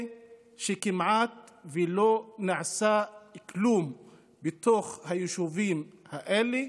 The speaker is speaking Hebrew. שלא נעשה כמעט כלום בתוך היישובים האלה,